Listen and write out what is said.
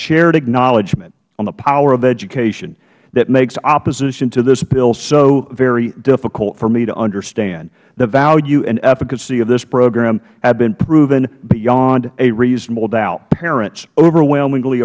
shared acknowledgment on the power of education that makes opposition to this bill so very difficult for me to understand the value and efficacy of this program have been proven beyond a reasonable doubt parents overwhelmingly